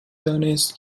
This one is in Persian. دانست